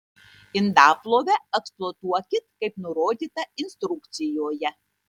indaplovę eksploatuokit kaip nurodyta instrukcijoje